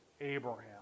Abraham